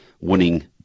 winning